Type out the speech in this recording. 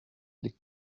les